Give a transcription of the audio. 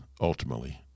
ultimately